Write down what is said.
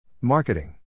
Marketing